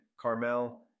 Carmel